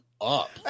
up